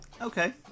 Okay